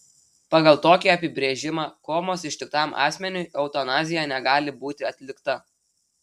pagal tokį apibrėžimą komos ištiktam asmeniui eutanazija negali būti atlikta